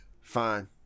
Fine